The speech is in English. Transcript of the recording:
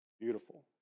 Beautiful